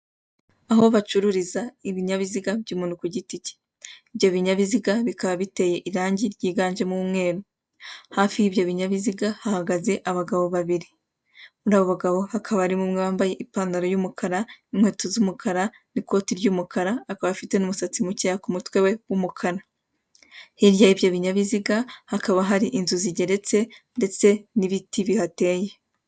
Aho bacururiza ibinyabiziga by'umuntu ku giti cye, ibyo binyabiziga bikaba biteye irangi ryiganjemo umweru. Hafi y'ibyo binyabiziga hahagaze abagabo babiri, muri abo bagabo hakaba harimo umwe wambaye ipantaro yumukara, inkweto z'umukara n'ikoti ry'umukara akaba afite n'umusatsi mukeya ku mutwe we w'umukara. Hirya y'ibyo binyabiziga hakaba hari inzu zigeretse ndetse n'ibiti bihateye.